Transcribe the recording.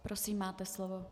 Prosím, máte slovo.